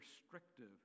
restrictive